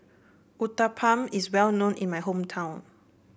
Uthapam is well known in my hometown